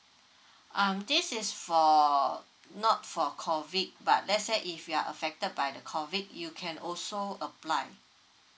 um this is for not for COVID but let's say if you're affected by COVID you can also apply